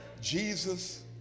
Jesus